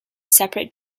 separate